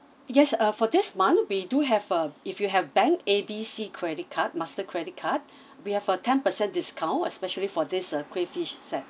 yes uh for this month we do have a if you have bank A B C credit card master credit card we have a ten percent discount especially for this uh crayfish set